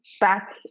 back